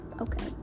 okay